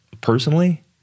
personally